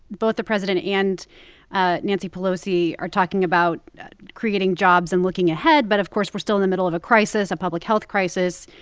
both the president and ah nancy pelosi are talking about creating jobs and looking ahead. but of course, we're still in the middle of a crisis a public health crisis.